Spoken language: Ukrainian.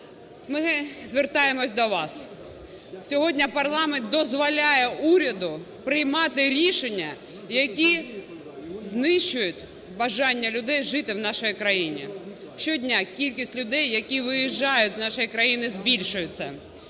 Ми звертаємось до вас, сьогодні парламент дозволяє уряду приймати рішення, які знищують бажання людей в нашій країні. Щодня кількість людей, які виїжджають з нашої країни збільшується.